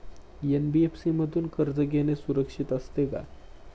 NBFC मधून कर्ज घेणे सुरक्षित असते का?